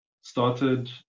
started